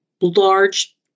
large